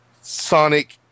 Sonic